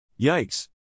Yikes